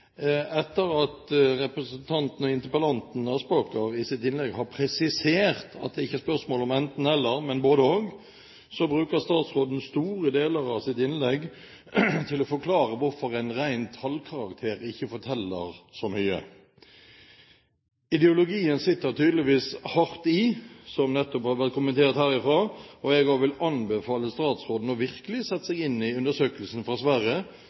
etter at representanten og interpellanten Aspaker i sitt innlegg har presisert at det ikke er spørsmål om et enten–eller, men et både–og, bruker statsråden store deler av sitt innlegg til å forklare hvorfor en ren tallkarakter ikke forteller så mye. Ideologien sitter tydeligvis hardt i, noe som nettopp har vært kommentert herfra. Jeg vil også anbefale statsråden virkelig å sette seg inn i undersøkelsen fra Sverige,